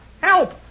Help